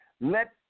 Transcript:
Let